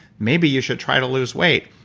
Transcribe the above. maybe, you should try to lose weight?